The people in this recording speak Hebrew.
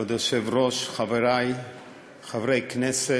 כבוד היושב-ראש, חברי חברי כנסת,